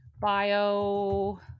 bio